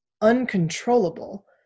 uncontrollable